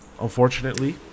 unfortunately